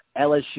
LSU